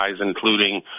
including